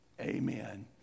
amen